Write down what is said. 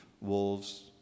wolves